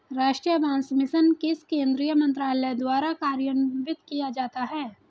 राष्ट्रीय बांस मिशन किस केंद्रीय मंत्रालय द्वारा कार्यान्वित किया जाता है?